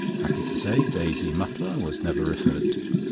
happy to say daisy mutlar was never referred to.